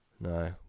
no